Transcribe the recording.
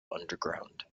underground